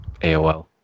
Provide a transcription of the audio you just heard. AOL